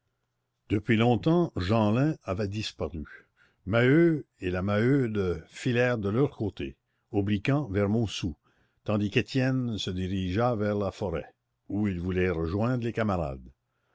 depuis longtemps jeanlin avait disparu maheu et la maheude filèrent de leur côté obliquant vers montsou tandis qu'étienne se dirigea vers la forêt où il voulait rejoindre les camarades